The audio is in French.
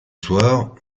soir